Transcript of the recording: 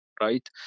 Right